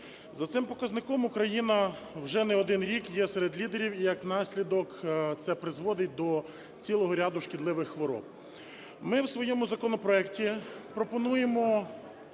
За цим показником Україна вже не один рік є серед лідерів і як наслідок – це призводить до цілого ряду шкідливих хвороб. Ми в своєму законопроекті пропонуємо